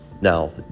Now